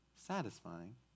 satisfying